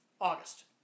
August